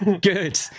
Good